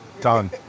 Done